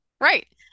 right